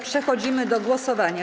Przechodzimy do głosowania.